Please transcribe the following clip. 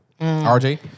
RJ